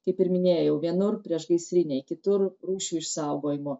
kaip ir minėjau vienur priešgaisriniai kitur rūšių išsaugojimo